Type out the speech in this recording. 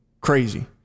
crazy